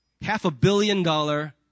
half-a-billion-dollar